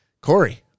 Corey